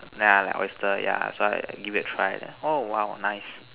then I like oyster yeah so I give it a try then oh !wow! nice